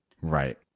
Right